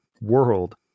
world